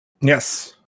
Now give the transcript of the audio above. Yes